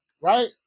right